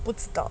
不知道